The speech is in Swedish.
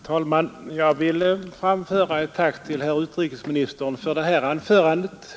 Herr talman! Jag vill framföra ett tack till herr utrikesministern för det här anförandet.